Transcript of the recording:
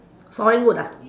sawing wood ah